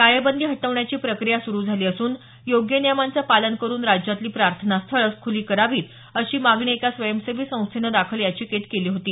टाळेबंदी हटवण्याची प्रक्रिया सुरु झाली असून योग्य नियमांचं पालन करून राज्यातली प्रार्थनास्थळं खुली करावीत अशी मागणी एका स्वयंसेवी संस्थेनं दाखल याचिकेत केली होती